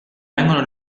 vengono